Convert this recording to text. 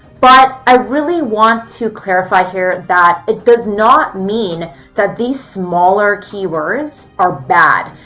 but i really want to clarify here that it does not mean that these smaller keywords are bad.